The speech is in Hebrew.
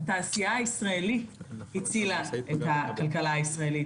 התעשייה הישראלית הצילה את הכלכלה הישראלית